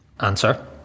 answer